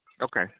okay